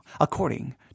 according